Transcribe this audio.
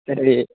जेरै